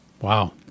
Wow